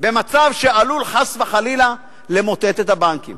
במצב שעלול, חס וחלילה, למוטט את הבנקים.